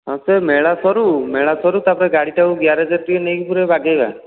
ହଁ ସେ ମେଳା ସରୁ ମେଳା ସରୁ ତା'ପରେ ଗାଡ଼ିଟାକୁ ଗ୍ୟରେଜ୍ରେ ଟିକିଏ ନେଇକି ପୁରା ବାଗେଇବା